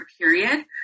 period